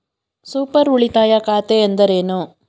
Super ಉಳಿತಾಯ ಖಾತೆ ಎಂದರೇನು?